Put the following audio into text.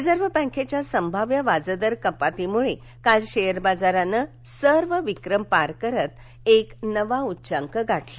reserve बँकेच्या संभाव्य व्याजदर कपातीमुळे काल शेअर बाजाराने सर्व विक्रम पार करत एक नवा उच्चांक गाठला